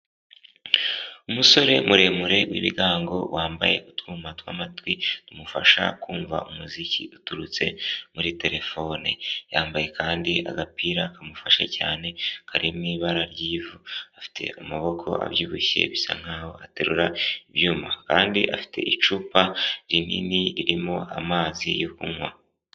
Umusore muremure w'ibigango, wambaye utwuma tw'amatwi tumufasha kumva umuziki uturutse muri terefone, yambaye kandi agapira kamufashe cyane kari mu ibara ry'ivu, afite amaboko abyibushye bisa nk'aho aterura ibyuma, kandi afite icupa rinini ririmo amazi yo kunywa.